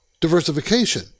diversification